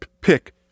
pick